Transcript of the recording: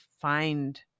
find